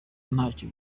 ntacyo